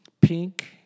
Pink